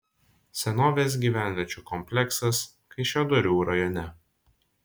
senovės gyvenviečių kompleksas kaišiadorių rajone